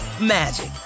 magic